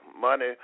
money